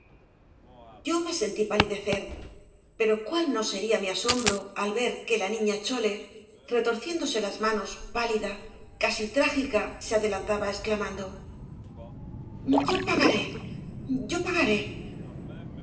yo me sentí palidecer pero cuál no sería mi asombro al ver que la niña chole retorciéndose las manos pálida casi trágica se adelantaba exclamando yo pagaré yo pagaré